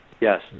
Yes